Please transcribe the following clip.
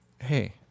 hey